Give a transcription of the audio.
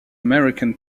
american